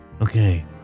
Okay